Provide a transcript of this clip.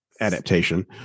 Adaptation